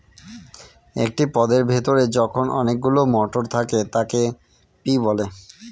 একটি পদের ভেতরে যখন অনেকগুলো মটর থাকে তাকে পি বলে